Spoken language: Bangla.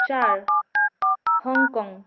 চার হংকং